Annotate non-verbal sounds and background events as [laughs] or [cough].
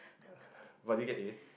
[laughs] but did you get A